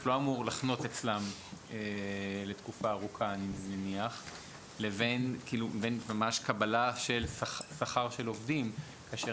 לא אמור לחנות אצלן לתקופה ארוכה לבין ממש קבלה של שכר של עובדים כאשר